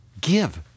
Give